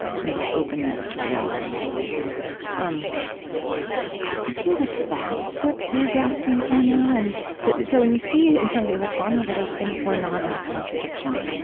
we can call openness to reality, and let's say um i feel like that's what we're grasping for now. and but so when you see, in somebody like bonhoeffer, those things were not in contradiction,